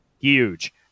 huge